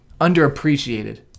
Underappreciated